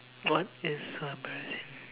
what is so embarrassing